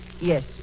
Yes